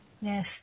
Yes